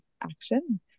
action